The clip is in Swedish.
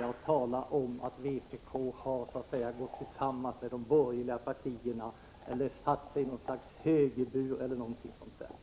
med att tala om att vpk har gått tillsammans med de borgerliga partierna, satt sig i högerburen eller något liknande.